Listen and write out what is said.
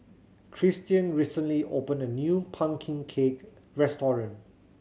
Christian recently opened a new pumpkin cake restaurant